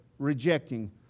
rejecting